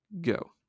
go